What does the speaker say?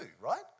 right